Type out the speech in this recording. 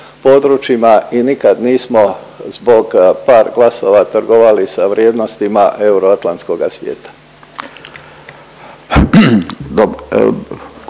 i nikad nismo zbog par glasova trgovali sa vrijednostima euroatlantskoga svijeta.